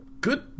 good